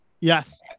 Yes